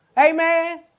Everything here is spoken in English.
Amen